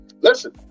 listen